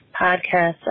podcast